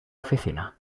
oficina